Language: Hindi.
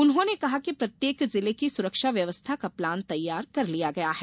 उन्होंने कहा कि प्रत्येक जिले की सुरक्षा व्यवस्था का प्लान तैयार कर लिया गया है